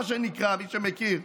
מה שנקרא, מי שמכיר.